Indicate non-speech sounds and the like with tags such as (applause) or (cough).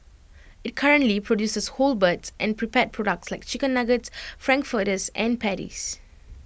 (noise) IT currently produces whole birds and prepared products like chicken Nuggets Frankfurters and patties